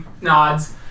nods